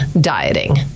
dieting